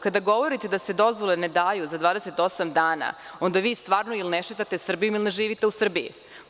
Kada govorite da se dozvole ne daju za 28 dana, onda vi stvarno ili ne šetate Srbijom ili ne živite u Srbiji.